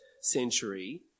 century